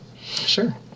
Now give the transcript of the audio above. Sure